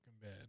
bed